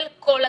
אל כל הקהילה.